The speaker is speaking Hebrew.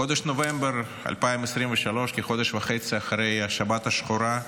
בחודש נובמבר 2023, כחודש וחצי אחרי השבת השחורה,